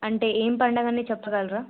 అంటే ఏం పండగని చెప్పగలరా